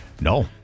No